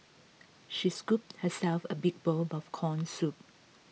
she scooped herself a big bowl of Corn Soup